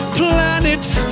planets